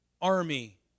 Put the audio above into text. army